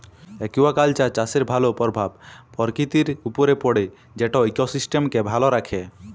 aquaculture চাষের ভালো পরভাব পরকিতির উপরে পড়ে যেট ইকসিস্টেমকে ভালো রাখ্যে